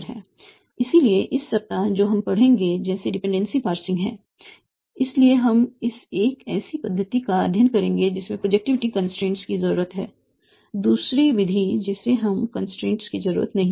इसलिए इस सप्ताह जो हम पढ़ेंगे जैसे डिपेंडेंसी पार्सिंग है इसलिए हम इस एक ऐसी पद्धति का अध्ययन करेंगे जिसमें प्रोजक्टिविटी कंस्ट्रेंट की जरूरत है दूसरी विधि जिसमें इस कंस्ट्रेंट की जरूरत नहीं है